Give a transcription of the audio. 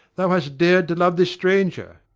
thou hast dared to love this stranger.